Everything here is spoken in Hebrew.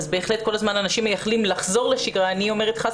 אנשים מייחלים לחזור לשגרה ואני אומרת: חס